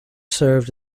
served